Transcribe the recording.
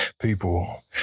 people